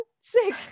Sick